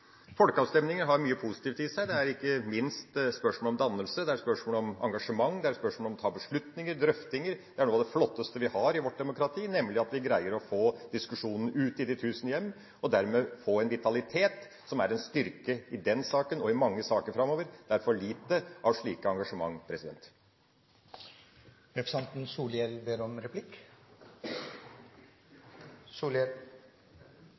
Folkeavstemninger har mye positivt i seg. Det er ikke minst spørsmål om dannelse, det er spørsmål om engasjement, det er spørsmål om å ta beslutninger, drøftinger. Det er noe av det flotteste vi har i vårt demokrati, nemlig at vi greier å få diskusjonen ut i de tusen hjem og dermed får en vitalitet som er en styrke i den saken, og i mange saker framover. Det er for lite av slike engasjement! Det kan kanskje vere overraskande for nokon at eg ber om